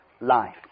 life